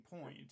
point